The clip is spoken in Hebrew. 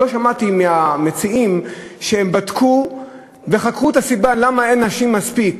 לא שמעתי מהמציעים שהם בדקו וחקרו את הסיבה למה אין מספיק